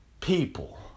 people